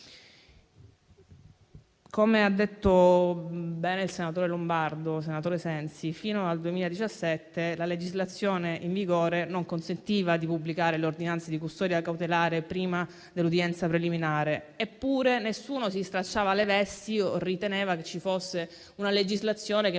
Come ha detto bene il senatore Lombardo, senatore Sensi, fino al 2017 la legislazione in vigore non consentiva di pubblicare le ordinanze di custodia cautelare prima dell'udienza preliminare. Eppure, nessuno si stracciava le vesti o riteneva che vi fosse una legislazione che metteva